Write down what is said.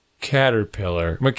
caterpillar